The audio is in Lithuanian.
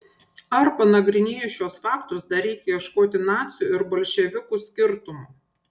ar panagrinėjus šiuos faktus dar reikia ieškoti nacių ir bolševikų skirtumų